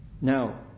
now